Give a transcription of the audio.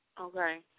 Okay